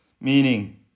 meaning